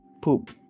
Poop